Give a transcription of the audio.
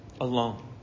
alone